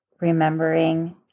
remembering